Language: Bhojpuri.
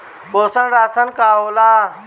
पोषण राशन का होला?